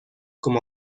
como